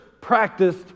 practiced